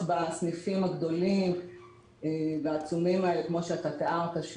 בסניפים הגדולים והעצומים האלה כמו שאתה תיארת,